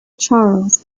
charles